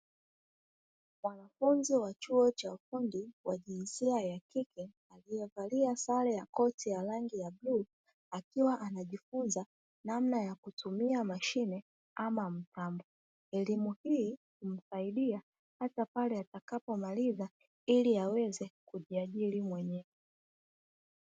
Mwanafunzi wa chuo cha ufundi wa jinsia ya kike aliyevalia sare ya koti la rangi ya bluu akiwa anajifunza namna ya kutumia mashine ama mpango. Elimu hii inasaidia hata pale atakapomaliza ili aweze kujiajiri mwenyewe.